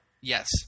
Yes